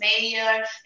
mayor